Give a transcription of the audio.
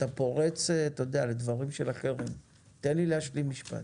אתה פורץ לדברים של אחרים, תן לי להשלים משפט.